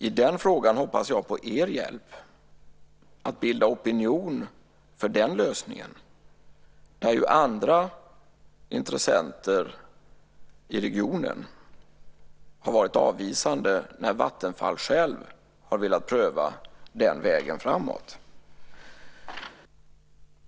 I den frågan hoppas jag på er hjälp med att bilda opinion för den lösningen. Andra intressenter i regionen har ju varit avvisande när Vattenfall självt har velat pröva den vägen framåt.